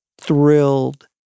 thrilled